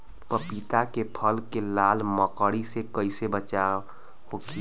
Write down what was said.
पपीता के फल के लाल मकड़ी से कइसे बचाव होखि?